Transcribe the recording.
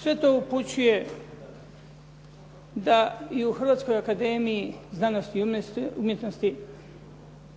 Sve to upućuje da i u Hrvatskoj akademiji znanosti i umjetnosti